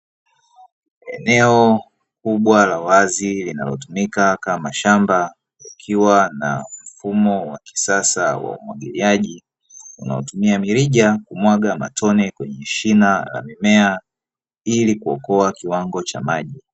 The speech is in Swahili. Enwo kubwa la wazi linalotumika kama shamba, likiwa na mfumo wa kisasa wa umwagiliaji unaotumia mirija kumwaga matone kwenye shina la mimea ili kuokoa kiwango cha maji.